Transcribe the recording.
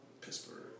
Pittsburgh